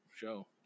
show